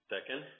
Second